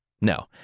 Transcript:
No